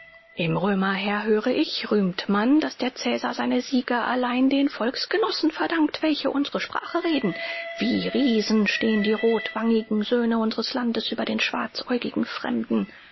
im römerheer höre ich rühmt man daß der cäsar seine siege allein den volksgenossen verdankt welche unsere sprache reden wie riesen stehen die rotwangigen söhne unseres landes über den schwarzäugigen fremden